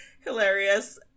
hilarious